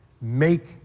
make